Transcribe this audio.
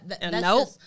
No